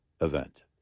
event